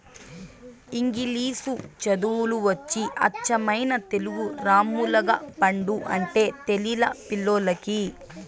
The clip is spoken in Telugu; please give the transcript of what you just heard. ఇంగిలీసు చదువులు వచ్చి అచ్చమైన తెలుగు రామ్ములగపండు అంటే తెలిలా పిల్లోల్లకి